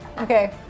Okay